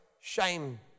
shame